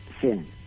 sin